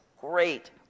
great